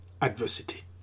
Adversity